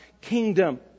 kingdom